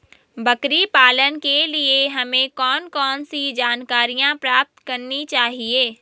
बकरी पालन के लिए हमें कौन कौन सी जानकारियां प्राप्त करनी चाहिए?